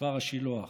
מכפר השילוח.